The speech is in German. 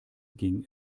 ging